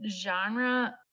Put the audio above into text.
genre